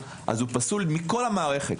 הוא פסול מכל המערכת,